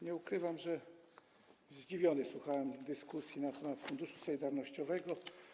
Nie ukrywam, że zdziwiony słuchałem dyskusji na temat funduszu solidarnościowego.